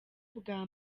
bwa